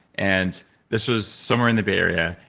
and this was somewhere in the bay area.